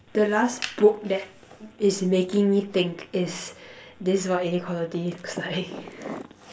the last book that is making me think is this is what inequality looks like